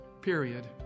Period